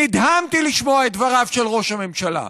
נדהמתי לשמוע את דבריו של ראש הממשלה.